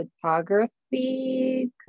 photography